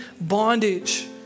bondage